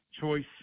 Choice